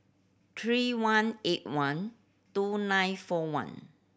three one eight one two nine four one